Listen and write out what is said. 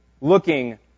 looking